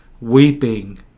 weeping